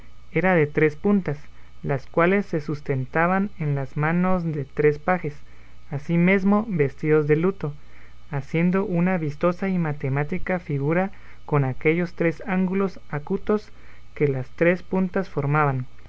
era de tres puntas las cuales se sustentaban en las manos de tres pajes asimesmo vestidos de luto haciendo una vistosa y matemática figura con aquellos tres ángulos acutos que las tres puntas formaban